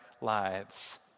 lives